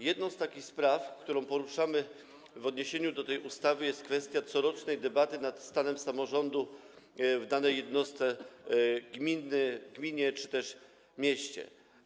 Jedną z takich spraw, którą poruszamy w odniesieniu do tej ustawy, jest kwestia corocznej debaty nad stanem samorządu w danej jednostce gminy czy też mieście.